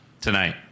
tonight